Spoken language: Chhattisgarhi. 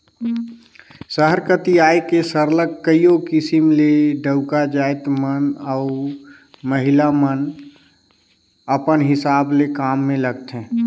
सहर कती आए के सरलग कइयो किसिम ले डउका जाएत मन अउ महिला मन अपल हिसाब ले काम में लगथें